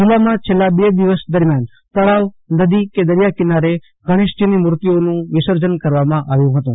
જીલ્લામાં છેલ્લા બે દિવસ દરમ્યાન તળાવ નદીકાંઠે દરિયા કિનારે ગણેશજીનમૂર્તિ વિસર્જન કરવામાં આવ્યું હતું